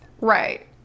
Right